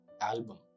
album